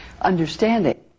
understanding